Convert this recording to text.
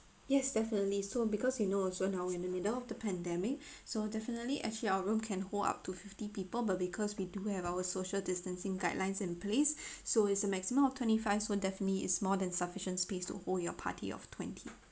yes definitely so because you know also now in the middle of the pandemic so definitely actually our room can hold up to fifty people but because we do have our social distancing guidelines in place so it's a maximum of twenty five so definitely it's more than sufficient space to hold your party of twenty